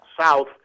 south